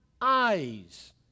eyes